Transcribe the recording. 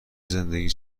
زندگی